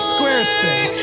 Squarespace